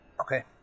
Okay